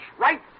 right